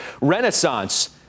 renaissance